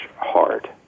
hard